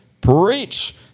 Preach